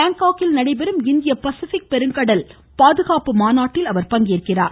பாங்காக்கில் நடைபெறும் இந்திய பசிபிக் பெருங்கடல் பாதுகாப்பு மாநாட்டில் அவர் பங்கேற்கிறார்